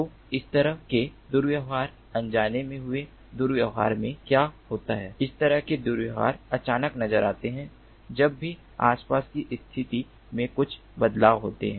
तो इस तरह के दुर्व्यवहार अनजाने में हुए दुर्व्यवहार में क्या होता है इस तरह के दुर्व्यवहार अचानक नजर आते हैं जब भी आसपास की स्थिति में कुछ बदलाव होता है